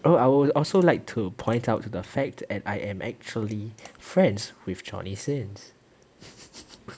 oh I would also like to point out the fact that I am actually friends with johnny sins